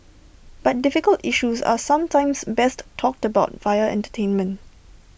but difficult issues are sometimes best talked about via entertainment